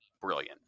brilliant